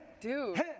dude